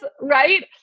Right